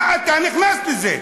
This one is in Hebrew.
מה אתה נכנס לזה?